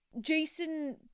Jason